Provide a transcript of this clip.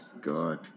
God